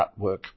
artwork